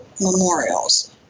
memorials